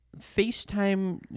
FaceTime